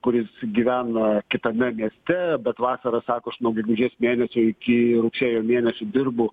kuris gyvena kitame mieste bet vasarą sako aš nuo gegužės mėsenio iki rugsėjo mėnesio dirbu